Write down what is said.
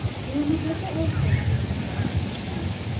you will be better also if you will take a glass of wine.